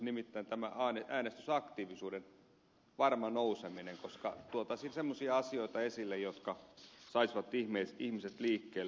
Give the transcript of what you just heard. se olisi nimittäin tämä äänestysaktiivisuuden varma nouseminen koska tuotaisiin semmoisia asioita esille jotka saisivat ihmiset liikkeelle